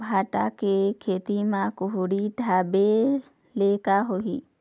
भांटा के खेती म कुहड़ी ढाबे ले का होही?